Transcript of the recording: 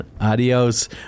Adios